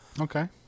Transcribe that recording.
Okay